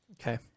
Okay